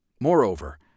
Moreover